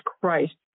Christ